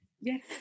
Yes